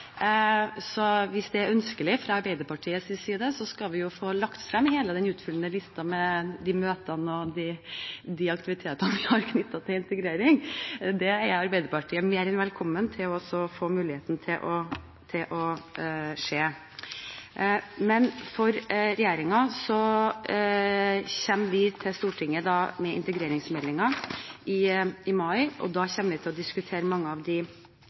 Hvis det er ønskelig fra Arbeiderpartiets side, skal vi få lagt frem hele den utfyllende listen med de møtene og de aktivitetene vi har, knyttet til integrering. Det er Arbeiderpartiet mer enn velkommen til å få mulighet til å se. Regjeringen kommer til Stortinget med integreringsmeldingen i mai, og da kommer vi til å diskutere og svare på mange av